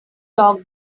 doc